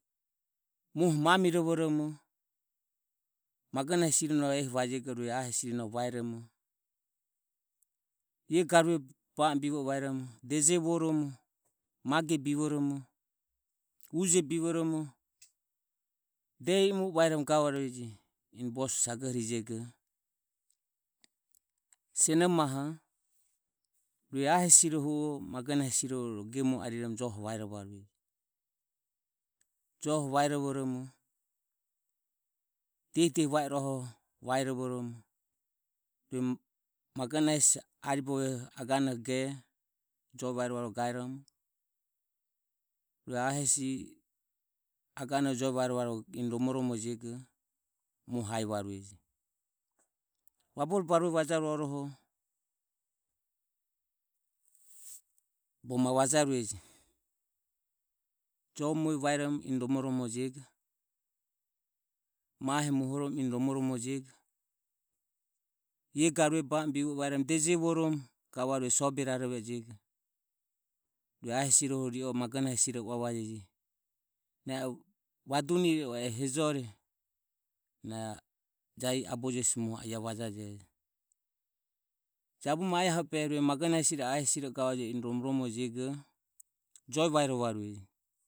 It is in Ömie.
Muoho mamirovoromo magonaho hesi rino ehi vajego rue ae hesi rino ehi vaeromo ie garue ba amo bivo vaeromo deje vuoromo mage bivoromo uje bivoromo de i o mu e vaeromo gavarueje eni boso sagohorijego siono maho rue ae hesi rohu o mago nahe o ro gemuore ari romo joho vaerovarueje. Joho vaerovomo diehi diehi va iroho vaerovoromo rue magonahe hesi aribovie aganoho geromo joe vaerovaruoho rue ae hesi agane jo e vaerovaruoho eni romoromo jego muoho aevarueje. Vabore barue vajarue oroho bogo ma vajarueje joe mue vaeromo eni romoromore jego mahe mohoromo eni romoromorejego iae garue bivoromo deje vuoromo gavarue sobe rarovego rue ae hesi ri o magona hesi rino uavarueje e vadunire o e hejore na jahi aboje hesi muoho iae vajajejo. Jabumue ae ah obehe gavaje eni romoromejego. Joe vaerovarueje.